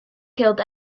killed